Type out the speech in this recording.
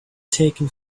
taken